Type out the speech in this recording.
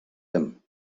them